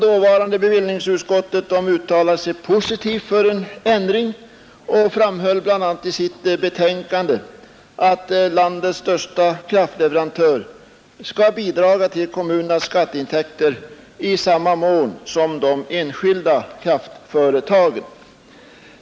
Dåvarande bevillingsutskottet uttalade sig i fjol positivt för en ändring och framhöll bl.a. i sitt betänkande att landets största kraftleverantör skall bidraga till kommunernas skatteintäkter i samma mån som de enskilda kraftföretagen.